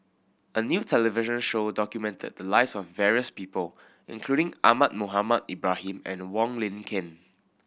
a new television show documented the lives of various people including Ahmad Mohamed Ibrahim and Wong Lin Ken